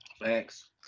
Thanks